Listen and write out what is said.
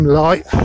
light